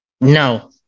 No